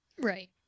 Right